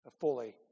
fully